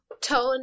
tone